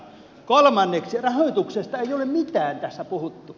kolmanneksi rahoituksesta ei ole mitään tässä puhuttu